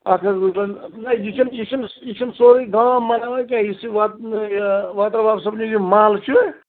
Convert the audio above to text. اَتھ منٛز لوٗکن نَہ یہِ چھُنہٕ یہِ چھِنہٕ یہِ چھُنہٕ سورُے گام مَناوان کیٚنٛہہ یہِ چھُ یہِ واٹل واو صٲبنہِ یہِ محلہٕ چھُ